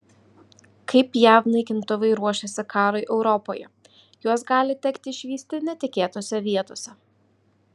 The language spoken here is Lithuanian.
kaip jav naikintuvai ruošiasi karui europoje juos gali tekti išvysti netikėtose vietose